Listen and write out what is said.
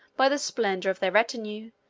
by the splendor of their retinue,